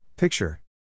Picture